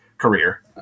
career